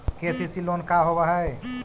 KCC loan का होब हइ?